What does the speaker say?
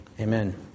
Amen